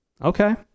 Okay